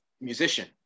musician